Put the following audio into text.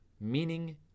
meaning